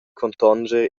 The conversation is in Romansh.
contonscher